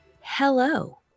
Hello